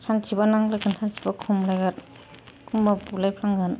सानसेबा नांलायगोन सानसेबा खमलायगोन एखमब्ला बुलायफ्लांगोन